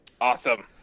awesome